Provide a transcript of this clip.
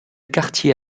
quartier